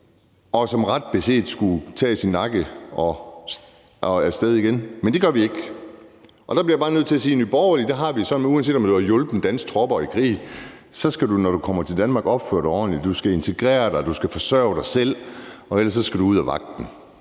og som ret beset skulle tages i nakken og sendes af sted igen. Men det gør vi ikke. Der bliver jeg bare nødt til at sige, at i Nye Borgerlige har vi det sådan, at uanset du har hjulpet danske tropper i krig, skal du, når du kommer til Danmark, opføre dig ordentligt. Du skal integrere dig, du skal forsørge dig selv, og ellers skal du ud af vagten.